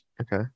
Okay